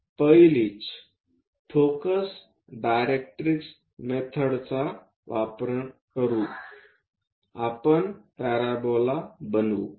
आता पहिलीच focus directrix मेथडचा वापर करून आपण पॅराबोला बनवू